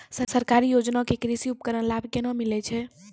सरकारी योजना के कृषि उपकरण लाभ केना मिलै छै?